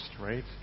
right